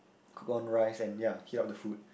cook on rice and ya heat up the food